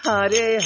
Hare